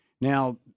Now